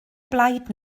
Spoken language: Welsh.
blaid